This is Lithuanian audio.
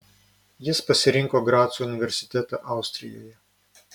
jis pasirinko graco universitetą austrijoje